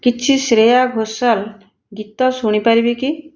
କିଛି ଶ୍ରେୟା ଘୋଷାଲ ଗୀତ ଶୁଣିପାରିବି କି